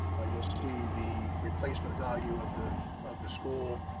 ah you'll see the replacement value of the of the school.